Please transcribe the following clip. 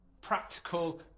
Practical